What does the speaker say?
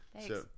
thanks